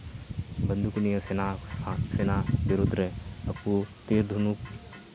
ᱵᱟᱱᱫᱩᱠ ᱱᱤᱭᱟᱹ ᱥᱮᱱᱟ ᱥᱮᱱᱟ ᱵᱤᱨᱩᱫᱽ ᱨᱮ ᱱᱩᱠᱩ ᱛᱤᱨ ᱫᱷᱚᱱᱩᱠ